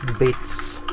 bits,